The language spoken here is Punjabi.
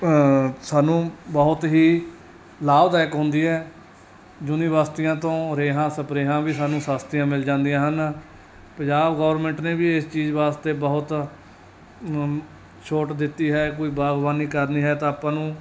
ਸਾਨੂੰ ਬਹੁਤ ਹੀ ਲਾਭਦਾਇਕ ਹੁੰਦੀ ਹੈ ਯੂਨੀਵਰਸਿਟੀਆਂ ਤੋਂ ਰੇਹਾਂ ਸਪਰੇਹਾਂ ਵੀ ਸਾਨੂੰ ਸਸਤੀਆਂ ਮਿਲ ਜਾਂਦੀਆਂ ਹਨ ਪੰਜਾਬ ਗੌਰਮੈਂਟ ਨੇ ਵੀ ਇਸ ਚੀਜ਼ ਵਾਸਤੇ ਬਹੁਤ ਛੋਟ ਦਿੱਤੀ ਹੈ ਕੋਈ ਬਾਗਬਾਨੀ ਕਰਨੀ ਹੈ ਤਾਂ ਆਪਾਂ ਨੂੰ